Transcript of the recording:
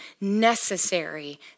necessary